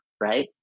right